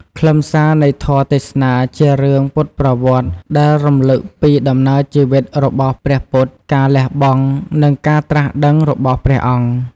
ខ្លឹមសារនៃធម៌ទេសនាជារឿង ពុទ្ធប្រវត្តិ ដែលរំលឹកពីដំណើរជីវិតរបស់ព្រះពុទ្ធ ការលះបង់ និងការត្រាស់ដឹងរបស់ព្រះអង្គ។